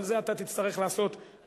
אבל את זה אתה תצטרך לעשות ממקומך,